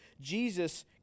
Jesus